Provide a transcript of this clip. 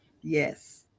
yes